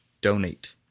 donate